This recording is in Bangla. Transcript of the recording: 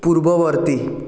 পূর্ববর্তী